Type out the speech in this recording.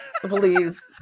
Please